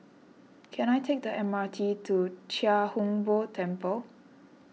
can I take the M R T to Chia Hung Boo Temple